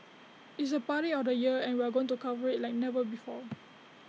it's the party of the year and we are going to cover IT like never before